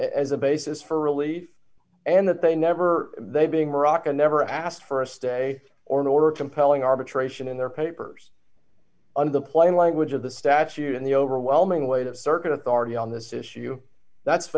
as a basis for relief and that they never they being maraca never asked for a stay or an order compelling arbitration in their papers under the plain language of the statute and the overwhelming weight of circuit authority on this issue that's